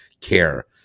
care